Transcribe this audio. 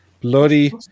Bloody